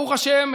ברוך השם,